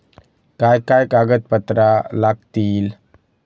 काय काय कागदपत्रा लागतील?